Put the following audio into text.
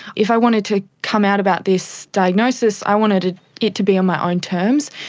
if i wanted to come out about this diagnosis i wanted it to be on my own terms.